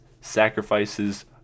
Sacrifices